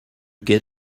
get